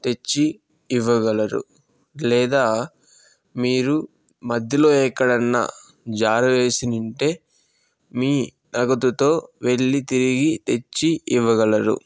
తెచ్చి ఇవ్వగలరు లేదా మీరు మధ్యలో ఏకాడాన్న జారవేసి ఉంటే మీ నగదుతో వెళ్ళీ తిరిగి తెచ్చి ఇవ్వగలరు